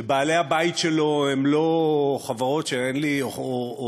שבעלי-הבית שלו הם לא חברות או אנשים,